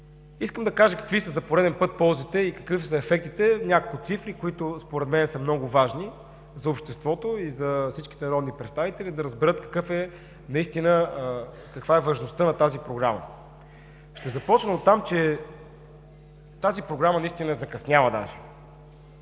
Искам да кажа за пореден път какви са ползите и какви са ефектите – няколко цифри, които според мен са много важни за обществото и за всички народни представители, за да разберат каква е важността на тази Програма. Ще започна от там, че тази Програма наистина е закъсняла даже.